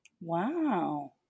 wow